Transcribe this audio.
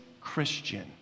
Christian